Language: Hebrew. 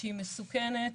שהיא מסוכנת,